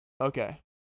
Okay